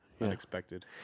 Unexpected